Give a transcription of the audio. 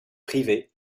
privées